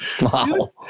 wow